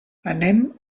anem